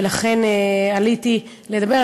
ולכן עליתי לדבר.